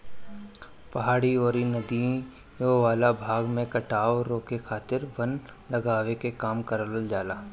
पहाड़ी अउरी नदियों वाला भाग में कटाव रोके खातिर वन लगावे के काम करवावल जाला